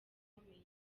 ukomeye